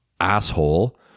asshole